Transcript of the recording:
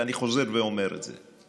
ואני חוזר ואומר את זה,